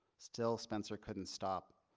still spencer couldn't stop.